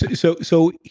so, so,